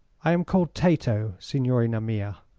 i am called tato, signorina mia.